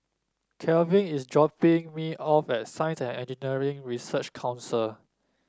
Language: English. Kelvin is dropping me off at Science And Engineering Research Council